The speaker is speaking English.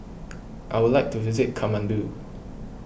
I would like to visit Kathmandu